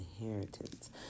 inheritance